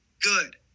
good